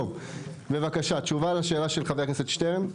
טוב, בבקשה, תשובה לשאלה של חבר הכנסת שטרן.